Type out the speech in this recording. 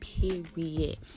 period